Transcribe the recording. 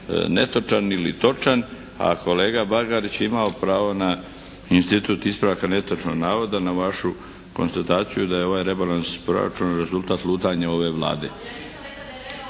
netočan ili točan, a kolega Bagarić je imao pravo na institut ispravaka netočnog navoda na vašu konstataciju da je ovaj rebalans proračuna rezultat lutanja ove Vlade.